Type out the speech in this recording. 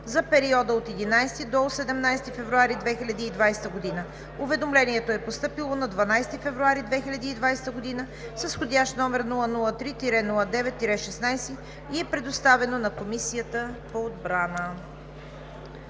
за периода от 11 до 17 февруари 2020 г. Уведомлението е постъпило на 12 февруари 2020 г. с входящ № 003-09-16 и е предоставено на Комисията по отбрана.